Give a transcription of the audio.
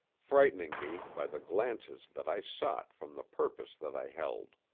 frightening me by the glances that i sought from the purpose that i held.